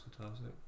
fantastic